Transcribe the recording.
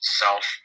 self